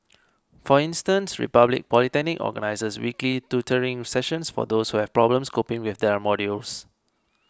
for instance Republic Polytechnic organizes weekly tutoring sessions for those who have problems coping with their modules